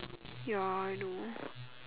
ya I know